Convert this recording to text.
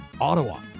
Ottawa